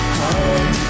home